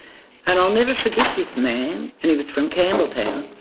and i'll never forget this man, and he was from campbelltown,